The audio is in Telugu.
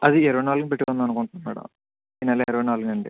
అది ఇరవై నాలుగున పెట్టుకుందాం అనుకుంటున్నాం మేడం ఈ నెల ఇరవై నాలుగునండి